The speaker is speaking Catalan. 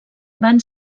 van